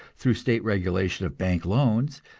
through state regulation of bank loans,